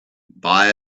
buy